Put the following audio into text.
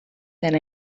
than